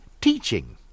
teaching